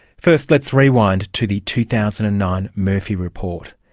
first let's rewind to the two thousand and nine murphy report.